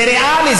זה ריאלי,